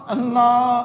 Allah